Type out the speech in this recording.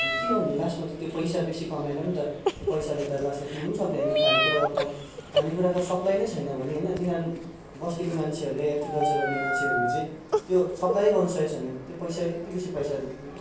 के गर्नु लास्टमा त त्यो पैसा बेसी कमाएर नि त पैसाले त लास्टमा किन्नु नि सक्ने होइन खाने कुरा अब खाने कुराको सप्लाई नै छैन भने होइन तिनीहरू बस्तीको मान्छेहरूले एग्रिकल्चर गर्ने मानेछेहरूले चाहिँ त्यो सप्लाई गर्न सकेको छैन भने त्यो पैसा चाहिँ यति बेसी त्यो पैसाले